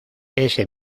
ese